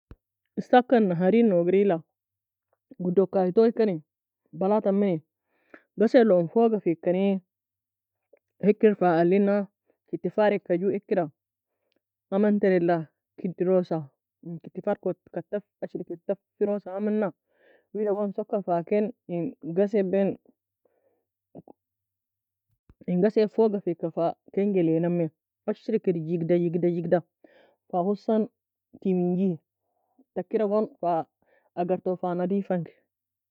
Esaka en nahari nouge re la gudo ka a toy kani بلاط a mmani ghasie elon foga fe kani hikr fa alina kity far eka jou akira amn tery la kidirosa en kity far ka tough ashri kir tougherosa amna wida gon soka fa ken en ghasiben gasie fuga feaka ken jelea namie ashri kir jegda jegda fakir timinjy takir gon agar fa nadifa engie